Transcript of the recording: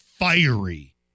fiery